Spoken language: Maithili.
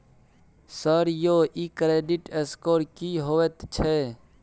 सर यौ इ क्रेडिट स्कोर की होयत छै?